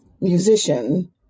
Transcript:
musician